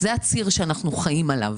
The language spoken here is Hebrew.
זה הציר שאנחנו חיים עליו,